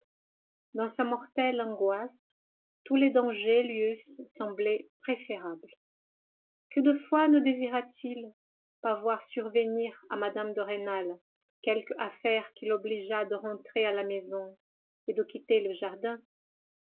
dans sa mortelle angoisse tous les dangers lui eussent semblé préférables que de fois ne désira t il pas voir survenir à mme de rênal quelque affaire qui l'obligeât de rentrer à la maison et de quitter le jardin